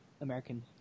American